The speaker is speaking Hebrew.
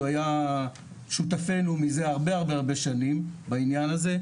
הוא היה שותפנו מזה הרבה שנים בעניין הזה,